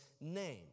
name